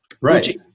Right